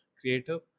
creative